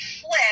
flip